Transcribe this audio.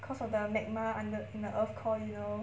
cause of the magma under in the earth core you know